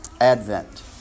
Advent